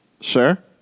Sure